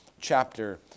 Chapter